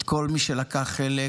את כל מי שלקח חלק